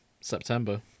September